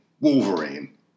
Wolverine